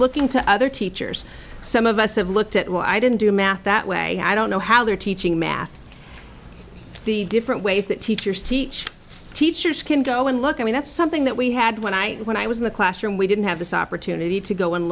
looking to other teachers some of us have looked at well i didn't do math that way i don't know how they're teaching math the different ways that teachers teach teachers can go and look i mean that's something that we had when i when i was in the classroom we didn't have this opportunity to go and